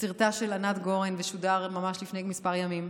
לסרטה של ענת גורן ששודר ממש לפני מספר ימים.